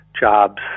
jobs